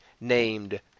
named